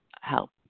help